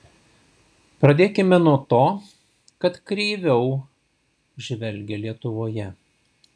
pradėkime nuo to kad kreiviau žvelgia lietuvoje